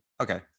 Okay